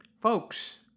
Folks